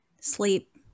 sleep